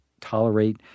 tolerate